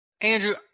Andrew